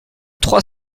trois